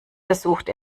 versucht